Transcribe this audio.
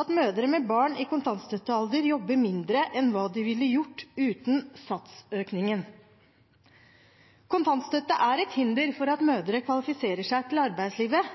at mødre med barn i kontantstøttealder jobber mindre enn hva de ville gjort uten satsøkningen. Kontantstøtte er et hinder for at mødre kvalifiserer seg til arbeidslivet.